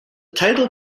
title